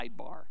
sidebar